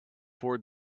four